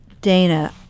Dana